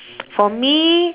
for me